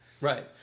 right